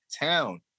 town